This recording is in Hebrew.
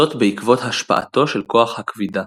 זאת בעקבות השפעתו של כוח הכבידה.